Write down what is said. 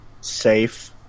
safe